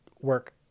work